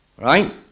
right